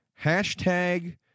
hashtag